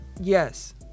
yes